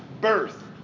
Birth